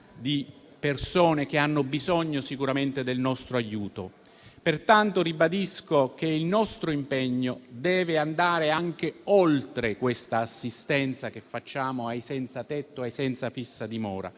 di persone che hanno bisogno sicuramente del nostro aiuto. Pertanto, ribadisco che il nostro impegno deve andare anche oltre questa assistenza che facciamo ai senzatetto e ai senza fissa dimora.